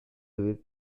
devait